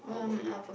how about you